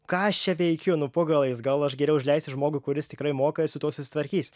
ką aš čia veikiu nu po galais gal aš geriau užleisiu žmogui kuris tikrai moka su tuo susitvarkys